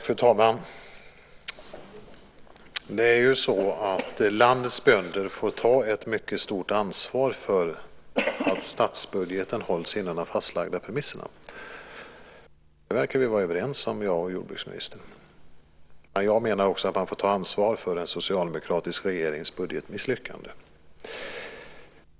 Fru talman! Det är så att landets bönder får ta ett mycket stort ansvar för att statsbudgeten hålls inom de fastlagda premisserna. Det verkar vi vara överens om, jag och jordbruksministern. Men jag menar också att man får ta ansvar för den socialdemokratiska regeringens budgetmisslyckande.